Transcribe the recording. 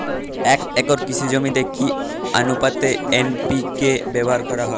এক একর কৃষি জমিতে কি আনুপাতে এন.পি.কে ব্যবহার করা হয়?